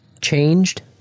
changed